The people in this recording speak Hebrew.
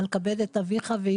על כבד את אביך ואימך.